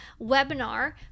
webinar